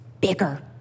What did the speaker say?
bigger